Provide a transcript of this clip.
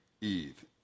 Eve